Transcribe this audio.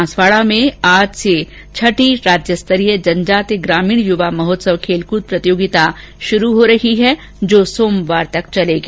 बांसवाड़ा में आज से छठी राज्यस्तरीय जनजाति ग्रामीण युवा महोत्सव खेलकूद प्रतियोगिता शुरू हो रही है जो सोमवार तक चलेगी